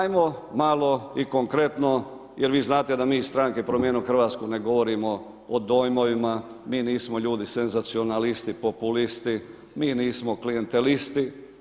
Ajmo malo i konkretno jer vi znate da mi iz stranke Promijenimo Hrvatske ne govorimo o dojmovima, mi nismo ljudi senzacionalisti, populisti, mi nismo klijantelisti.